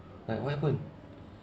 like what happened